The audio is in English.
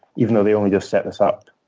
even though they only just set this up